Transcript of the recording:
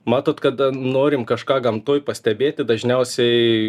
matot kada norim kažką gamtoje pastebėti dažniausiai